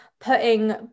putting